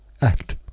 Act